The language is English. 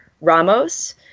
Ramos –